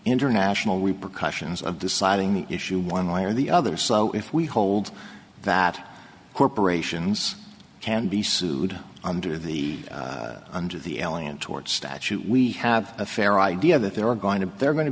international repercussions of deciding the issue one way or the other so if we hold that corporations can be sued under the under the alley and toward statute we have a fair idea that there are going to they're going to